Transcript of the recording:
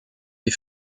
des